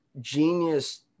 genius